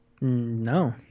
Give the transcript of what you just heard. No